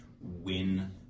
win